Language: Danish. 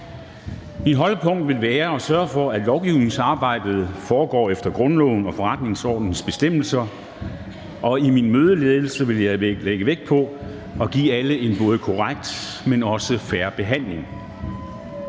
Mit holdepunkt vil være at sørge for, at lovgivningsarbejdet foregår efter grundloven og forretningsordenens bestemmelser, og i min mødeledelse vil jeg lægge vægt på at give alle en både korrekt, men også fair behandling.